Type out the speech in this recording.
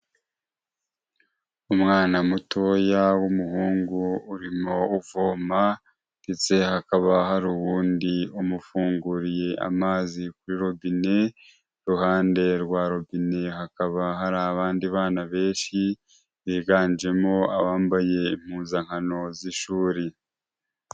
Umwana mutoya w'umuhungu urimo uvoma ndetse hakaba hari uwundi umufunguriye amazi kuri robine, iruhande rwa robine hakaba hari abandi bana benshi, biganjemo abambaye impuzankano z'ishuri.